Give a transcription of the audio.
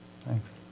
Thanks